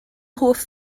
hoff